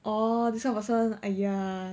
oh this kind of person !aiya!